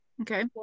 Okay